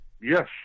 Yes